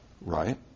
right